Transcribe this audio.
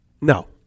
No